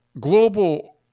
global